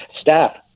staff